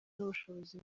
n’ubushobozi